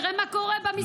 תראה מה קורה במספרים.